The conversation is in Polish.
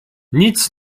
nic